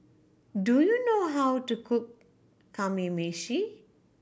do you know how to cook Kamameshi